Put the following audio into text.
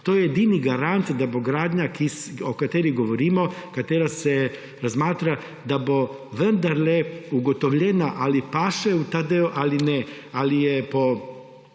To je edini garant, da bo gradnja, o kateri govorimo, katera se razmatra, da bo vendarle ugotovljeno, ali paše v ta del ali ne, ali je po